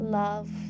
love